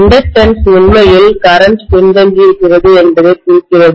inductance உண்மையில் current பின்தங்கியிருக்கிறது என்பதைக் குறிக்கிறது